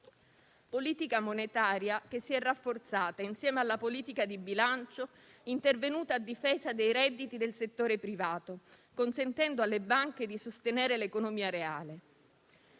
politica monetaria si è rafforzata insieme a quella di bilancio, intervenuta a difesa dei redditi del settore privato, consentendo alle banche di sostenere l'economia reale.